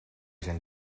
zijn